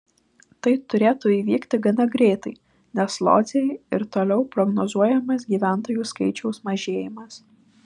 tai turėtų įvykti gana greitai nes lodzei ir toliau prognozuojamas gyventojų skaičiaus mažėjimas